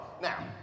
Now